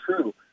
true